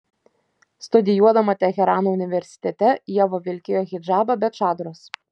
studijuodama teherano universitete ieva vilkėjo hidžabą be čadros